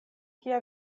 kia